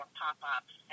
pop-ups